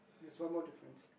there's one more difference